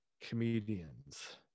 comedians